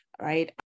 right